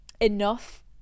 enough